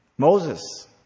Moses